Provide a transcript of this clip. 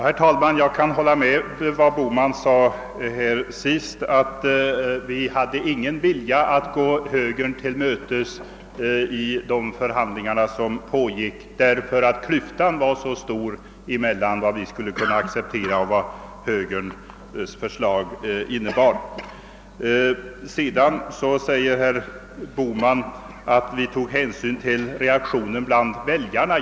Herr talman! Jag kan instämma i vad herr Bohman senast sade, nämligen att vi inte hade någon vilja att gå högern till mötes i de förhandlingar som senast fördes i försvarsfrågan. Klyftan var nämligen för stor mellan vad vi skulle kunna acceptera och vad högerns förslag innebar. Herr Bohman ansåg vidare att vi hade tagit hänsyn till reaktioner bland väljarna.